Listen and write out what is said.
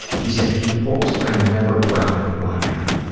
he said he hopes i'm never proud of who i am.